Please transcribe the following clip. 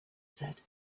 said